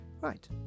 Right